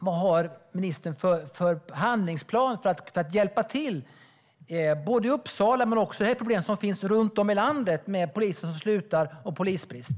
Vad har ministern för handlingsplan för att hjälpa till med problemen med poliser som slutar och polisbrist, både i Uppsala och runt om i landet?